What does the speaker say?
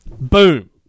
Boom